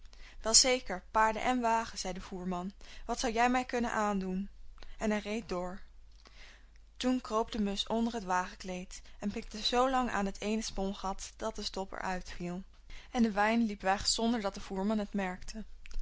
wel zeker paarden en wagen zei de voerman wat zou jij mij kunnen aandoen en hij reed door toen kroop de musch onder het wagenkleed en pikte zoo lang aan het eene spongat dat de stop er uitviel en de wijn liep weg zonder dat de voerman het merkte